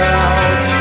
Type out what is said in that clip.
out